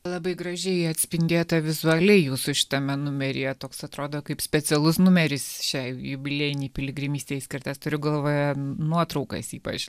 labai gražiai atspindėta vizualiai jūsų šitame numeryje toks atrodo kaip specialus numeris šiai jubiliejinei piligrimystei skirtas turiu galvoje nuotraukas ypač